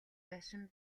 байшин